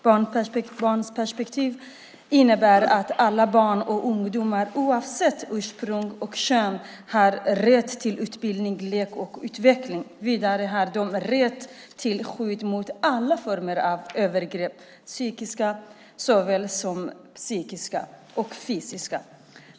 Barnperspektivet innebär att alla barn och ungdomar, oavsett ursprung och kön, har rätt till utbildning, lek och utveckling. Vidare har de rätt till skydd mot alla former av övergrepp, psykiska såväl som fysiska.